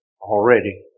already